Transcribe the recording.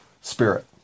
spirit